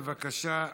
בבקשה,